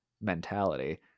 mentality